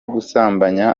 gusambanya